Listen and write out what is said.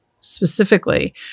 specifically